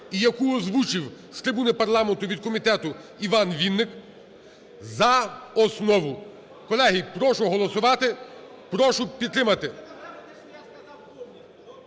і яку озвучив з трибуни парламенту від комітету Іван Вінник, за основу. Колеги, прошу голосувати, прошу підтримати.